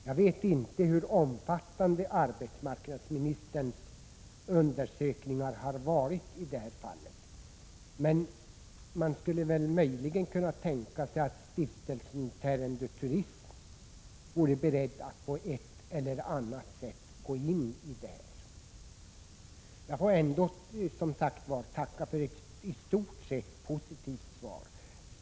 Jag vet inte hur omfattande arbetsmarknadsministerns undersökningar har varit i detta fall, men jag kan nämna att en möjlighet är att stiftelsen Tärendö Turism på ett eller annat sätt driver anläggningen. Jag tackar alltså för ett i stort sett positivt svar.